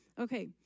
Okay